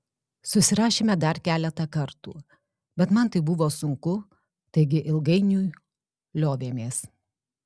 susirašėme dar keletą kartų bet man tai buvo sunku taigi ilgainiui liovėmės